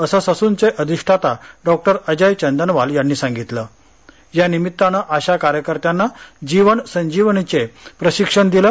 असं ससूनचे अधिष्ठाता डॉक्टर अजय चंदनवाल यांनी सांगितले या निमित्ताने आशा कार्यकर्त्यांना जीवन संजीवनीचे प्रशिक्षण दिले